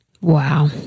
Wow